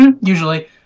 Usually